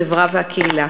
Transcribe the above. החברה והקהילה.